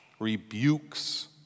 rebukes